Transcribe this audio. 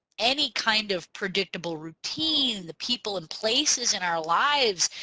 any kind of predictable routine. the people in places in our lives.